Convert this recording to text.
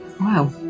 Wow